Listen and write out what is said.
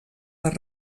les